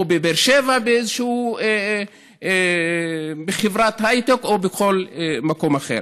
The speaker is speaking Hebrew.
או בבאר שבע באיזו חברת הייטק או בכל מקום אחר.